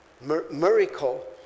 miracle